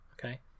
Okay